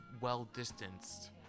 well-distanced